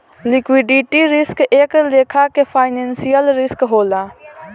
liquidity risk एक लेखा के फाइनेंशियल रिस्क होला